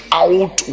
out